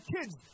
kids